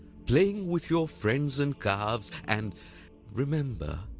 playing with your friends and calves, and remember,